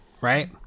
Right